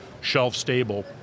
shelf-stable